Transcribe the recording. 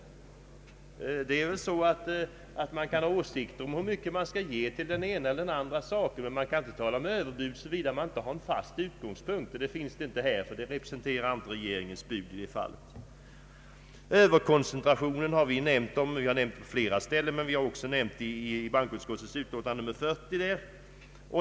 Man kan ha åsikter om hur mycket man skall ge till den ena eller andra saken, men man kan inte tala om överbud, om man inte har en fast utgångspunkt. Någon sådan representerar inte regeringens bud i detta fall. Vi har nämnt om överkoncentrationen på flera ställen, men vi har också nämnt denna sak i bankoutskottets utlåtande nr 40.